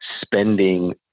spending